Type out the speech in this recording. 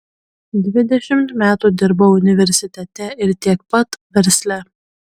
dvidešimt metų dirbau universitete ir tiek pat versle